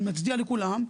אני מצדיע לכולם,